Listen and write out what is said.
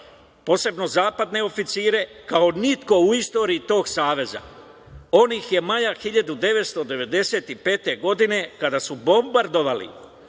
posebno zapadne oficire, kao niko u istoriji tog saveza. On ih je maja 1995. godine, kada su bombardovali